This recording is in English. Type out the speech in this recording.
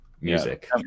music